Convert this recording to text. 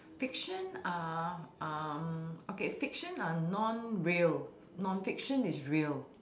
fiction are um okay fiction are non real non fiction is real